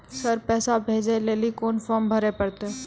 Sir पैसा भेजै लेली कोन फॉर्म भरे परतै?